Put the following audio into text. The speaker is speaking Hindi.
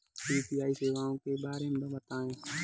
यू.पी.आई सेवाओं के बारे में बताएँ?